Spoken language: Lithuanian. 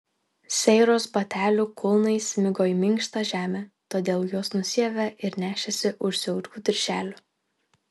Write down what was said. seiros batelių kulnai smigo į minkštą žemę todėl juos nusiavė ir nešėsi už siaurų dirželių